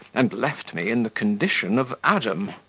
and left me in the condition of adam.